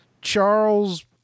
Charles